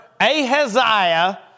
Ahaziah